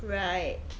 right